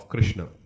Krishna